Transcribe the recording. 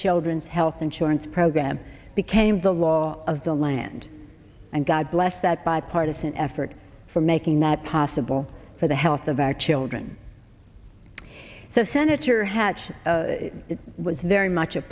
children's health insurance program became the law of the land and god bless that bipartisan effort for making that possible for the health of our children says senator hatch was very much a